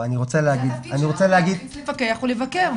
תפקיד הכנסת לפקח ולבקר.